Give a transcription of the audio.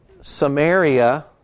Samaria